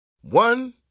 One